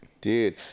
dude